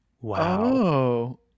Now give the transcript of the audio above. Wow